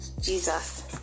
Jesus